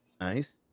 Nice